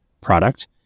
product